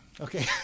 Okay